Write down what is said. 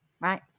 right